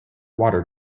water